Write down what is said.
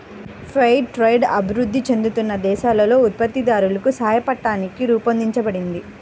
fair trade అభివృద్ధి చెందుతున్న దేశాలలో ఉత్పత్తిదారులకు సాయపట్టానికి రూపొందించబడింది